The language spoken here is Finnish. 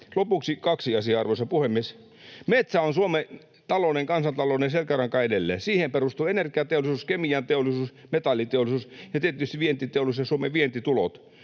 Lopuksi kaksi asiaa, arvoisa puhemies: Metsä on Suomen talouden, kansantalouden selkäranka edelleen. Siihen perustuvat energiateollisuus, kemianteollisuus, metalliteollisuus ja tietysti vientiteollisuus ja Suomen vientitulot.